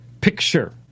picture